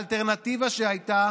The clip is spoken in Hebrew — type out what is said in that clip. האלטרנטיבה שהייתה